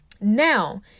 now